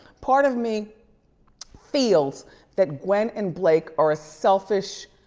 part of me feels that gwen and blake are a selfish,